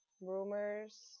rumors